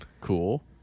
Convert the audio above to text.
cool